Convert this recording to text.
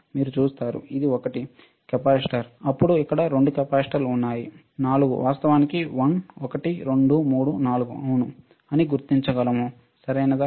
మీరు చూస్తారు ఇది ఒకటి కెపాసిటర్ అప్పుడు ఇక్కడ 2 కెపాసిటర్లు ఉన్నాయి 4 వాస్తవానికి 1 2 3 4 అవును అని గుర్తించగలదు సరియైనదా